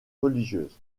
religieuses